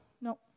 No